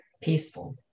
peaceful